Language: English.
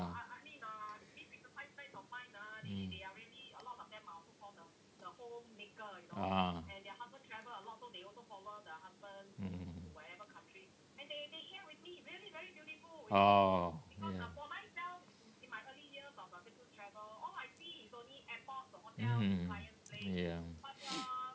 mm mm yeah